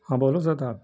ہاں بولو شاداب